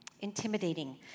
intimidating